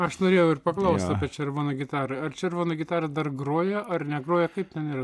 aš norėjau ir paklaust apie červoną gitarą ar červoną gitarą dar groja ar negroja kaip ten yra